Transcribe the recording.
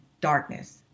darkness